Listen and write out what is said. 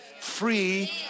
free